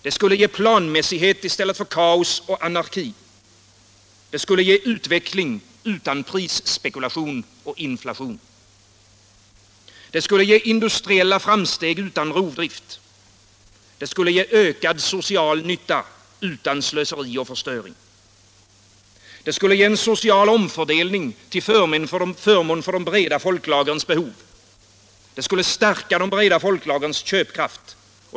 Det skulle ge planmässighet i stället för kaos och anarki. Det skulle ge utveckling utan prisspekulation och inflation. Det skulle ge industriella framsteg utan rovdrift. Det skulle ge ökad social nytta utan slöseri och förstöring. Det skulle ge en social omfördelning till förmån för de breda folklagrens behov. Det skulle stärka de breda folklagrens köpkraft.